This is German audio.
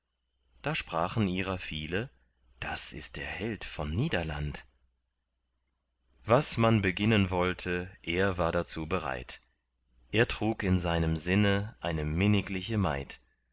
da sprachen ihrer viele das ist der held von niederland was man beginnen wollte er war dazu bereit er trug in seinem sinne eine minnigliche maid